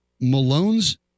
Malone's